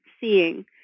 seeing